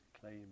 claim